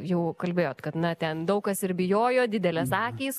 jau kalbėjot kad na ten daug kas ir bijojo didelės akys